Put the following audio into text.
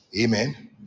Amen